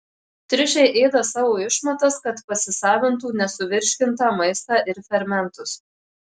triušiai ėda savo išmatas kad pasisavintų nesuvirškintą maistą ir fermentus